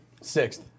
Sixth